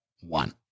One